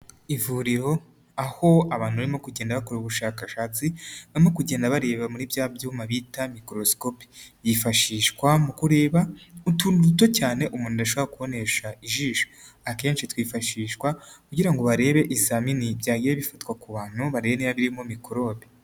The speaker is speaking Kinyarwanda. Ivuriro aho abantu barimo kugenda bakora ubushakashatsi, barimo kugenda bareba muri bya byuma bita mikorosikopi, yifashishwa mu kureba utuntu duto cyane umuntu ada ashobora kubonesha ijisho, akenshi twifashishwa kugira ngo barebe ibizamini byagiye bifatwa ku bantu, barebe niba birimo mikorobe.